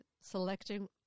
selecting –